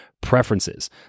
preferences